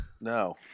No